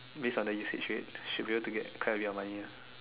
based on the usage rate should be able to get quite a bit of money ah